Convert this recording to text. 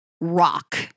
rock